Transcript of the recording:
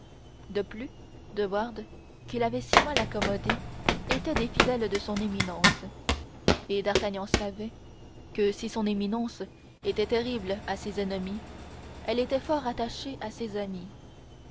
de plus de wardes qu'il avait si mal accommodé était des fidèles de son éminence et d'artagnan savait que si son éminence était terrible à ses ennemis elle était fort attachée à ses amis